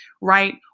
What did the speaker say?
right